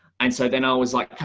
and so then i was like,